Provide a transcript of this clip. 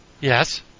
Yes